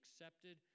accepted